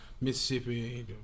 Mississippi